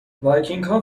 وایکینگها